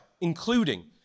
including